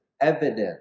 evidence